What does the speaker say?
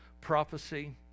prophecy